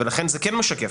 ולכן זה כן משקף.